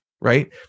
Right